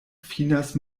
finas